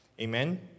Amen